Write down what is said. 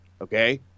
okay